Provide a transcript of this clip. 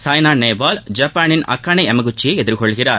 சாய்னாநேவால் ஜப்பானின் அக்கானே எமகுச்சியை எதிர்கொள்கிறார்